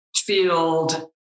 field